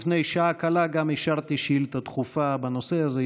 לפני שעה קלה גם אישרתי שאילתה דחופה בנושא הזה,